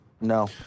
No